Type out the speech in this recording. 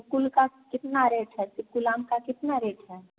तो कुल का कितना रेट है तो कुल आम का कितना रेट है